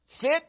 Sit